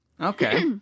Okay